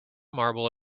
marble